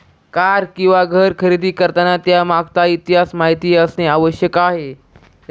car किंवा घर खरेदी करताना त्यामागचा इतिहास माहित असणे आवश्यक आहे